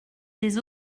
des